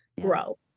grow